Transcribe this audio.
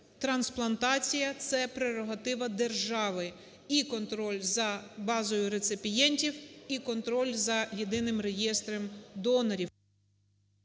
Трансплантація це – прерогатива держави, і контроль за базою реципієнтів, і контроль за єдиним реєстром донорів.